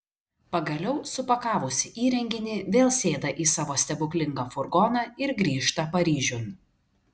pagaliau supakavusi įrenginį vėl sėda į savo stebuklingą furgoną ir grįžta paryžiun